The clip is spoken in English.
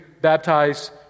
baptize